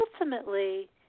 ultimately